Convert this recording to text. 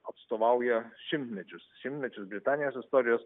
atstovauja šimtmečius šimtmečius britanijos istorijos